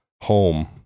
home